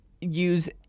use